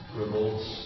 revolts